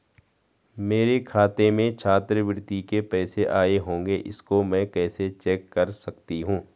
मेरे खाते में छात्रवृत्ति के पैसे आए होंगे इसको मैं कैसे चेक कर सकती हूँ?